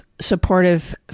supportive